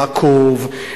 לעקוב,